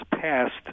passed